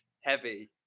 heavy